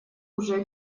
уже